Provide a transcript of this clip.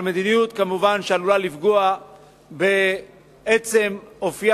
אבל כמובן מדיניות שעלולה לפגוע בעצם אופיה